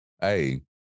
Hey